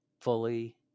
fully